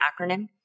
acronym